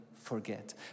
forget